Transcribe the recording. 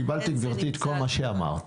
קיבלתי גברתי את כל מה שאמרת.